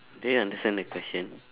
do you understand the question